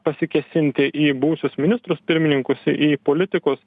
pasikėsinti į buvusius ministrus pirmininkus į politikus